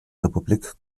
republik